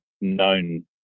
known